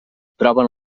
proven